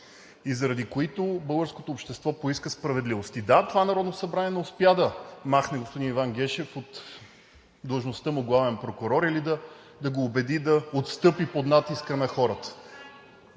и заради които българското общество поиска справедливости. Да, това Народно събрание не успя да махне господин Иван Гешев от длъжността му главен прокурор или да го убеди да отстъпи под натиска на хората.